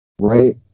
right